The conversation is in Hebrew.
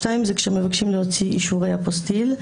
השנייה, כאשר מבקשים להוציא אישורי אפוסטיל,